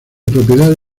propiedad